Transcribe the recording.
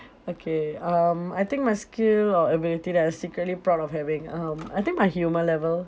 okay um I think my skill or ability that I'm secretly proud of having um I think my humour level